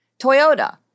Toyota